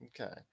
okay